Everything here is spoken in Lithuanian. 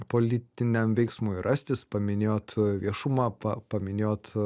politiniam veiksmui rastis paminėjot viešumą pa paminėjot